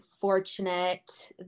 fortunate